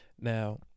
Now